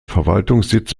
verwaltungssitz